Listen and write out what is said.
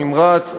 נמרץ,